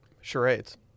Charades